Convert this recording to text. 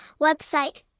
website